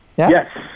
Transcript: Yes